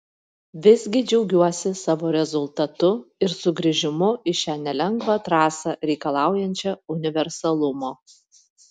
visgi džiaugiuosi savo rezultatu ir sugrįžimu į šią nelengvą trasą reikalaujančią universalumo